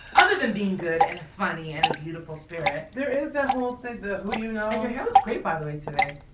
other than being good and funny and a beautiful spirit. there is a whole thing that who you know. and your hair looks great by the way today.